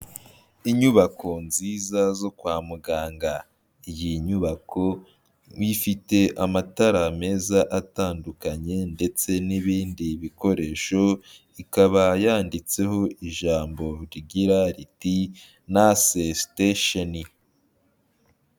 Inyubako nziza zo kwa muganga, iyi nyubako ifite amatara meza atandukanye ndetse n'ibindi bikoresho, ikaba yanditseho ijambo rigira riti nase sitesheni.